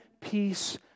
peace